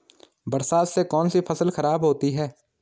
बरसात से कौन सी फसल खराब होती है?